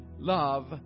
Love